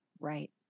Right